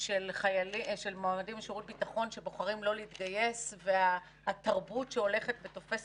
של מועמדים לשירות ביטחון שבוחרים לא להתגייס והתרבות שהולכת ותופס